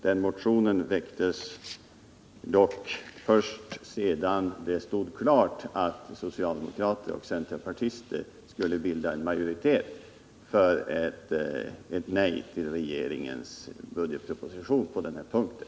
Den motionen väcktes dock först sedan det stod klart att socialdemokrater och centerpartister skulle bilda en majoritet emot regeringens budgetproposition på den här punkten.